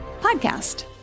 podcast